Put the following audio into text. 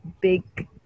big